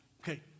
Okay